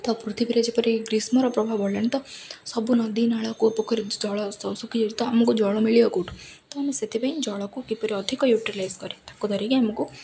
ତ ପୃଥିବୀରେ ଯେପରି ଗ୍ରୀଷ୍ମର ପ୍ରଭାବ ବଢ଼ିଲାଣି ତ ସବୁ ନଦୀ ନାଳ କୂଅ ପୋଖରୀ ଜଳ ଶୁଖିଯାଉଛି ତ ଆମକୁ ଜଳ ମିଳିବ କେଉଁଠୁ ତ ଆମେ ସେଥିପାଇଁ ଜଳକୁ କିପରି ଅଧିକ ୟୁଟିଲାଇଜ୍ କରେ ତାକୁ ଧରିକି ଆମକୁ